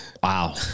Wow